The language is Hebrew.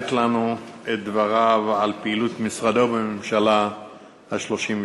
לתת לנו את דבריו על פעילות משרדו בממשלה ה-32.